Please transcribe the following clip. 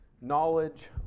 knowledge